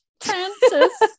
Francis